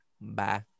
bye